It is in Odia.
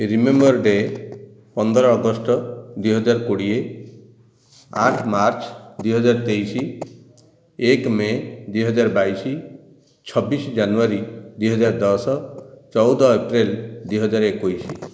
ରିମେମ୍ବର ଡ଼େ ପନ୍ଦର ଅଗଷ୍ଟ ଦୁଇ ହଜାର କୋଡ଼ିଏ ଆଠ ମାର୍ଚ୍ଚ ଦୁଇ ହଜାର ତେଇଶ ଏକ ମେ ଦୁଇ ହଜାର ବାଇଶ ଛବିଶ ଜାନୁଆରୀ ଦୁଇ ହଜାର ଦଶ ଚଉଦ ଏପ୍ରିଲ ଦୁଇ ହଜାର ଏକୋଇଶ